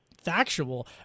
factual